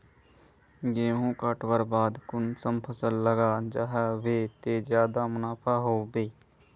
गेंहू कटवार बाद कुंसम फसल लगा जाहा बे ते ज्यादा मुनाफा होबे बे?